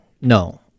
no